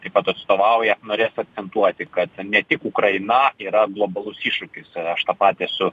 taip pat atstovauja norės akcentuoti kad ne tik ukraina yra globalus iššūkis aš tą patį esu